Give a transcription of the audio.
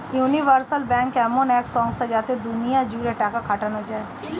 universal bank এমন এক সংস্থা যাতে দুনিয়া জুড়ে টাকা খাটানো যায়